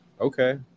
Okay